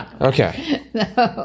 okay